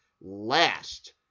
last